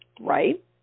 right